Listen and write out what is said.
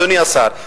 אדוני השר,